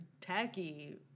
tacky